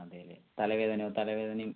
അതേ അല്ലെ തലവേദനയോ തലവേദനയും